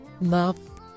love